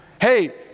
Hey